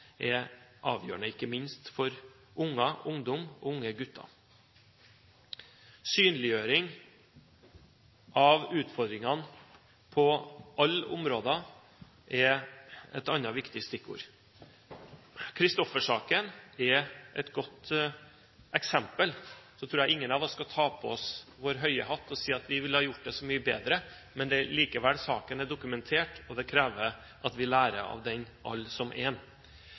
er avgjørende, ikke minst for unger, ungdom og unge gutter. Synliggjøring av utfordringene på alle områder er et annet viktig stikkord. Christoffer-saken er et godt eksempel. Jeg tror ingen av oss skal ta på oss vår høye hatt og si at vi ville ha gjort det så mye bedre, men likevel, saken er dokumentert, og det krever at vi lærer av den – alle som en.